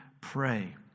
pray